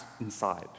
inside